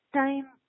time